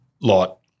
lot